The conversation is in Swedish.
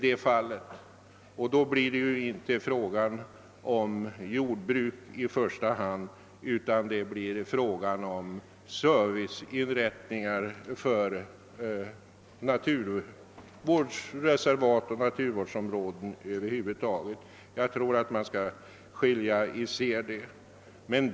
Då blir det inte fråga om jordbruk i första hand, utan det blir snarare fråga om serviceinrättningar för naturvårdsreservat, naturvårdsområden och fritidsbebyggelse. Jag tror att man skall särskilja dessa begrepp.